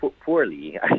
poorly